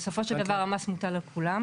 בסופו של דבר המס מוטל על כולם.